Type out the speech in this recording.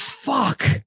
Fuck